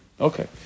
Okay